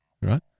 Right